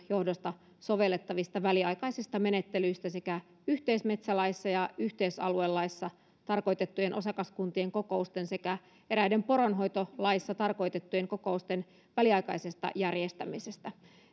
johdosta sovellettavista väliaikaisista menettelyistä sekä yhteismetsälaissa ja yhteisaluelaissa tarkoitettujen osakaskuntien kokousten sekä eräiden poronhoitolaissa tarkoitettujen kokousten väliaikaisesta järjestämisestä